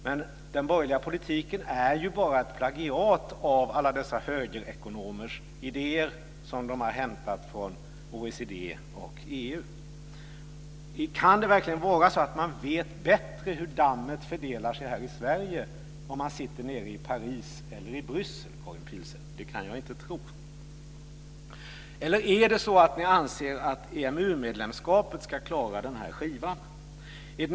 Men den borgerliga politiken är ju bara ett plagiat av alla dessa högerekonomers idéer som de har hämtat från OECD och EU. Kan det verkligen vara så att man vet bättre hur dammet fördelar sig här i Sverige om man sitter nere i Paris eller Bryssel, Karin Pilsäter? Det kan jag inte tro. Eller anser ni att EMU-medlemskapet ska klara den här skivan?